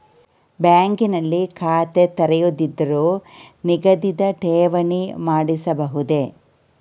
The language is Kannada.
ಬ್ಯಾಂಕ್ ನಲ್ಲಿ ಖಾತೆ ತೆರೆಯದಿದ್ದರೂ ನಿಗದಿತ ಠೇವಣಿ ಮಾಡಿಸಬಹುದೇ?